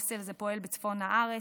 ההוסטל הזה פועל בצפון הארץ.